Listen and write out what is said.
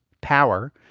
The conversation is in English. power